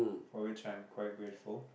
for which I am quite grateful